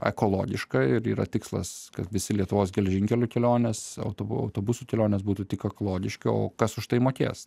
ekologišką ir yra tikslas kad visi lietuvos geležinkelių kelionės auto autobusu kelionės būtų tik ekologiški o kas už tai mokės